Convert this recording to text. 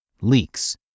Leaks